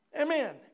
Amen